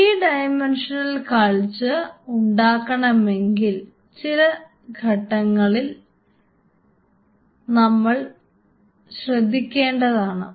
3 dimensional culture ഉണ്ടാകണമെങ്കിൽ ചില ഘടകങ്ങൾ നോക്കേണ്ടതാണ്